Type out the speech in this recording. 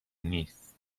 نیست